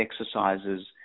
exercises